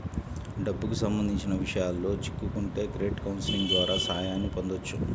డబ్బుకి సంబంధించిన విషయాల్లో చిక్కుకుంటే క్రెడిట్ కౌన్సిలింగ్ ద్వారా సాయాన్ని పొందొచ్చు